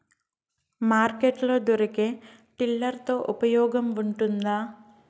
Market లో దొరికే tiller తో ఉపయోగం ఉంటుందా?